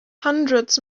hundreds